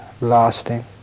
lasting